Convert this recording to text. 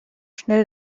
schnell